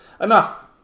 enough